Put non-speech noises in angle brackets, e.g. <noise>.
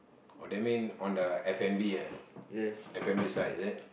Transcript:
oh that mean on the F-and-B ah <breath> F-and-B side is it